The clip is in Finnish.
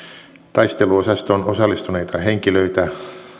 taisteluosastoon osallistuneita henkilöitä